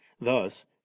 Thus